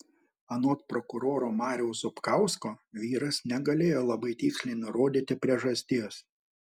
anot prokuroro mariaus zupkausko vyras negalėjo labai tiksliai nurodyti priežasties